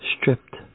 Stripped